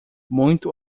muito